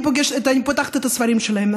אני פותחת את הספרים שלהן,